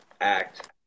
act